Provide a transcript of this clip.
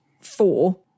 four